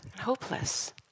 hopeless